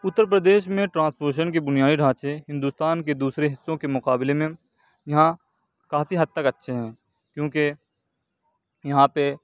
اتر پردیش میں ٹرانسپوریشن کے بنیادی ڈھانچے ہندوستان کے دوسرے حصوں کے مقابلے میں یہاں کافی حد تک اچھے ہیں کیونکہ یہاں پہ